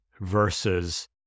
versus